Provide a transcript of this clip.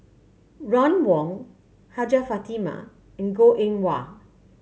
Ron Wong Hajjah Fatimah and Goh Eng Wah